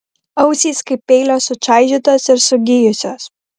ausys kaip peilio sučaižytos ir sugijusios